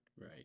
Right